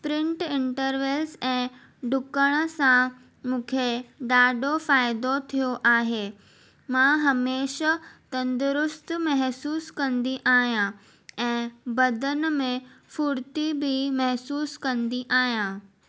sprint intervals ऐं ॾुकण सां मूंखे ॾाढो फ़ाइदो थियो आहे मां हमेशह तंदुरुस्तु महसूसु कंदी आहियां ऐं बदनि में फुर्ती बि महसूसु कंदी आहियां